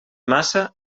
massa